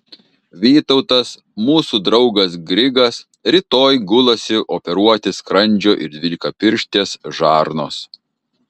vytautas mūsų draugas grigas rytoj gulasi operuoti skrandžio ir dvylikapirštės žarnos